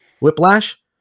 Whiplash